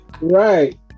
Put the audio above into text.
right